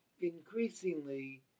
increasingly